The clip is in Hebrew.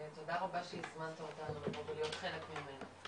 ותודה רבה שהזמנת אותנו להיות חלק ממנו.